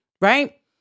right